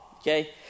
Okay